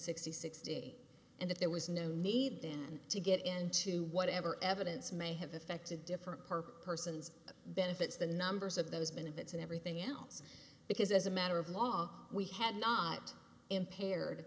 sixty six and if there was no need then to get into whatever evidence may have affected different perk persons benefits the numbers of those benefits and everything else because as a matter of law we had not impaired